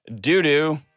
doo-doo